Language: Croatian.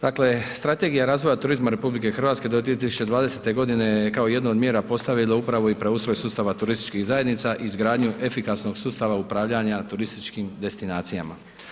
Dakle, strategija razvoja turizma RH do 2020. g. kao jedno od mjera postavimo upravo i preustroj sustava turističkih zajednica i izgradnju efikasnog sustava upravljanja turističkim destinacijama.